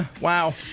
Wow